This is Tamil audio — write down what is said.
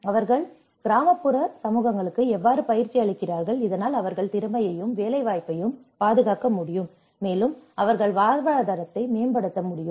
அவர்கள் கிராமப்புற சமூகங்களுக்கு எவ்வாறு பயிற்சி அளிக்கிறார்கள் இதனால் அவர்கள் திறமையையும் வேலைவாய்ப்பையும் பாதுகாக்க முடியும் மேலும் அவர்கள் வாழ்வாதாரத்தை மேம்படுத்த முடியும்